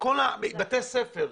בתי ספר,